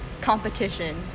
competition